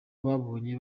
babonye